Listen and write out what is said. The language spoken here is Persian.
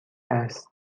است